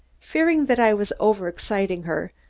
fearing that i was over-exciting her,